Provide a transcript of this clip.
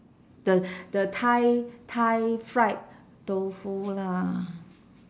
the the thai thai fried tofu lah